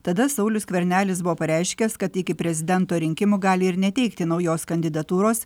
tada saulius skvernelis buvo pareiškęs kad iki prezidento rinkimų gali ir neteikti naujos kandidatūros